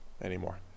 anymore